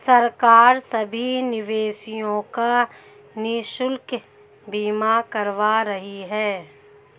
सरकार सभी मवेशियों का निशुल्क बीमा करवा रही है